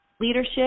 leadership